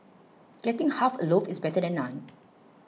getting half a loaf is better than none